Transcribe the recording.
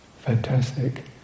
fantastic